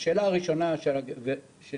השאלה הראשונה שנשאלתי